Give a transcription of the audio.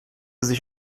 sich